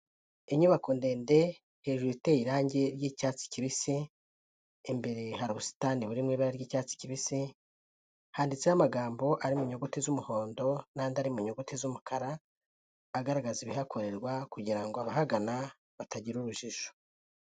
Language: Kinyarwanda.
Inyubako ndende hejuru iteye irangi ry'icyatsi kibisi, imbere hari ubusitani buri mu ibara ry'icyatsi kibisi, handitseho amagambo ari mu nyuguti z'umuhondo n'andi ari mu nyuguti z'umukara, agaragaza ibihakorerwa kugira ngo abahagana batagira urujijo.